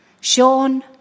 Sean